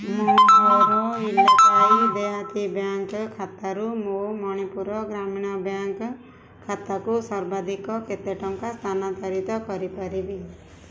ମୁଁ ମୋର ଇଲାକାଈ ଦେହାତୀ ବ୍ୟାଙ୍କ ବ୍ୟାଙ୍କ ଖାତାରୁ ମୋ ମଣିପୁର ଗ୍ରାମୀଣ ବ୍ୟାଙ୍କ ଖାତାକୁ ସର୍ବାଧିକ କେତେ ଟଙ୍କା ସ୍ଥାନାନ୍ତରିତ କରିପାରିବି